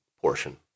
portion